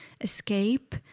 escape